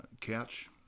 couch